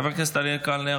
חברת הכנסת מירב כהן,